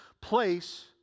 place